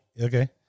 Okay